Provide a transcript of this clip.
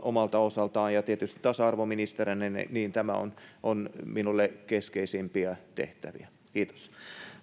omalta osaltaan ja tietysti tasa arvoministerinä tämä on on minulle keskeisimpiä tehtäviä kiitos